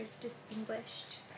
distinguished